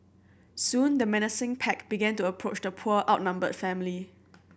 soon the menacing pack began to approach the poor outnumbered family